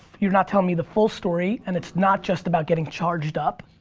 you're not telling me the full story and it's not just about getting charged up,